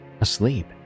asleep